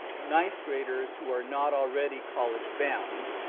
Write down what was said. ninth graders who are not already college bound,